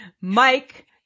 Mike